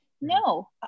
no